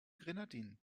grenadinen